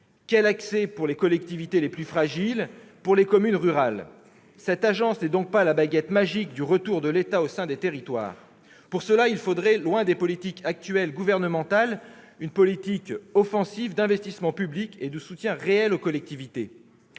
Quel accès pour les collectivités les plus fragiles et les communes rurales ? Cette agence n'est donc pas la baguette magique du retour de l'État au sein des territoires. Pour cela, il faudrait, loin des politiques gouvernementales actuelles, mener une politique offensive d'investissement public et de soutien réel aux collectivités,